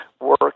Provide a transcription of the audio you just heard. work